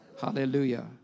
Hallelujah